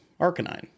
arcanine